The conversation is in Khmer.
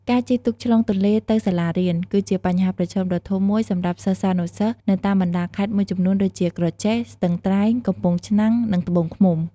ការជិះទូកឆ្លងទន្លេទៅសាលារៀន គឺជាបញ្ហាប្រឈមដ៏ធំមួយសម្រាប់សិស្សានុសិស្សនៅតាមបណ្ដាខេត្តមួយចំនួនដូចជា ក្រចេះ ស្ទឹងត្រែង កំពង់ឆ្នាំង និង ត្បូងឃ្មុំ។